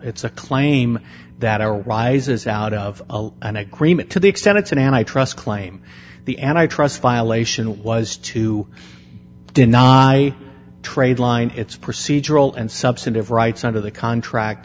it's a claim that our rises out of an agreement to the extent it's an antitrust claim the and i trust violation was to deny i trade line it's procedural and substantive rights under the contract